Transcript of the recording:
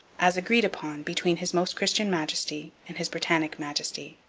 as agreed upon between his most christian majesty and his britannic majesty.